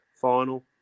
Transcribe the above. final